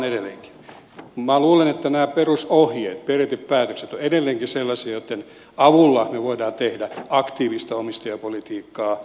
minä luulen että nämä perusohjeet periaatepäätökset ovat edelleenkin sellaisia joitten avulla me voimme tehdä aktiivista omistajapolitiikkaa